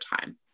time